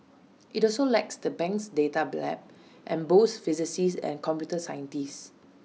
IT also likes the bank's data lab and boasts physicists and computer scientists